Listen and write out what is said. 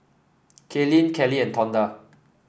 Kaylene Kelly and Tonda